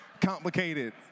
Complicated